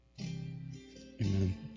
Amen